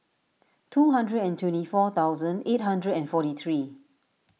two hundred and twenty four thousand eight hundred and forty three